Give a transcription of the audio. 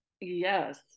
Yes